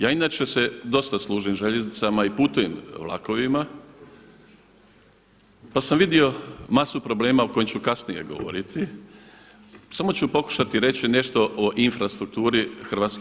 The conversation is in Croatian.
Ja inače se dosta služim željeznicama i putujem vlakovima pa sam vidio masu problema o kojima ću kasnije govoriti, samo ću pokušati reći nešto o infrastrukturi HŽ-a.